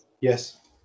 Yes